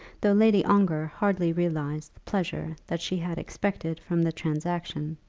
though lady ongar hardly realized the pleasure that she had expected from the transaction.